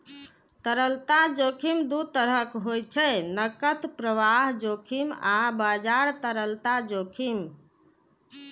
तरलता जोखिम दू तरहक होइ छै, नकद प्रवाह जोखिम आ बाजार तरलता जोखिम